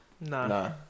No